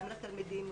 גם לתלמידים,